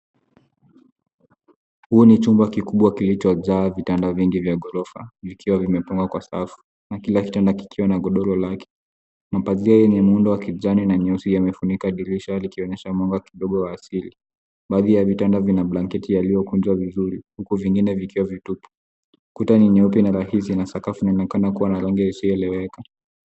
Huu ni chumba kikubwa kilichojaa vitanda vingi vya ghorofa vikiwa vimepangwa kwa safu na kila kitanda kikiwa na godoro lake. Mapazia yenye muundo wa kijani na nyeusi yamefunika dirisha likionyesha mwanga kidogo wa asili. Baadhi ya vitanda vina blanketi yaliyokunjwa vizuri huku vingine vikiwa vitupu. Kutani nyeupe na rahisi na sakafu inaonekana kuwa na rangi isiyoeleweka.